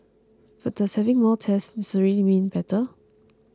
but does having more tests necessarily mean better